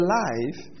life